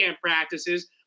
practices